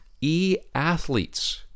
e-athletes